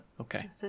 Okay